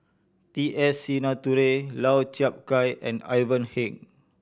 T S Sinnathuray Lau Chiap Khai and Ivan Heng